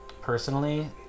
personally